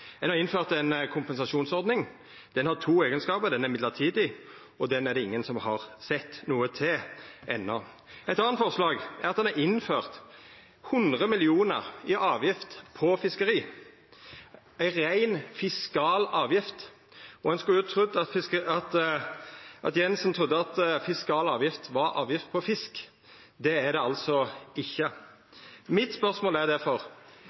Ein har innført ei kompensasjonsordning. Den har to eigenskapar: Den er mellombels, og det er ingen som har sett noko til den enno. Eit anna forslag er at ein har innført 100 mill. kr i avgift på fiskeri – ei rein fiskal avgift. Ein skulle tru at Jensen trudde at fiskal avgift var avgift på fisk. Det er det altså ikkje. Mitt spørsmål er